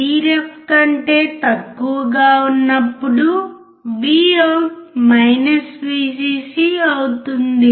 Vrefకంటే తక్కువగా ఉన్నప్పుడు VOUT VCC అవుతుంది